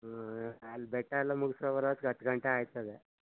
ಹ್ಞೂ ಅಲ್ಲಿ ಬೆಟ್ಟ ಎಲ್ಲ ಮುಗ್ಸ್ಕೋ ಬರೋತ್ಗೆ ಹತ್ತು ಗಂಟೆ ಆಗ್ತದೆ